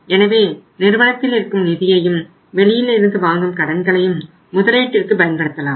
எனவே நிறுவனத்தில் இருக்கும் நிதியையும் வெளியில் இருந்து வாங்கும் கடன்களையும் முதலீட்டிற்கு பயன்படுத்தலாம்